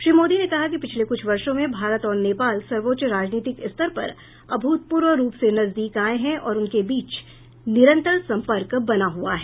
श्री मोदी ने कहा कि पिछले कुछ वर्षो में भारत और नेपाल सर्वोच्च राजनीतिक स्तर पर अभूतपूर्व रूप से नजदीक आए हैं और उनके बीच निरन्तर सम्पर्क बना हुआ है